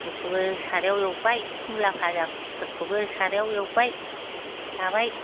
फोरखौबो सारायाव एवबाय मुला फाजाफोरखौबो सारायाव एवबाय जाबाय